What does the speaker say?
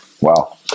wow